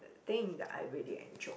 thing that I really enjoy